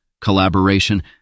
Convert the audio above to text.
collaboration